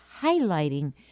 highlighting